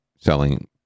selling